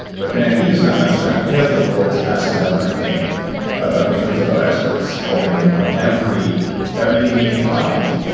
but man he does not mess around. he has the world's best of everything ah in terms of experts helping him on everything he can find.